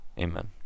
Amen